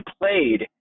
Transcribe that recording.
played